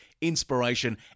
inspiration